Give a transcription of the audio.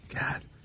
God